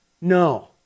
No